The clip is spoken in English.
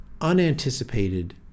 unanticipated